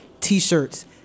T-shirts